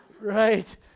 Right